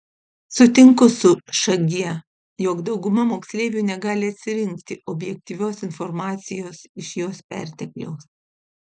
sutinku su šg jog dauguma moksleivių negali atsirinkti objektyvios informacijos iš jos pertekliaus